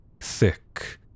thick